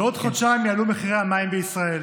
בעוד חודשיים יעלו מחירי המים בישראל.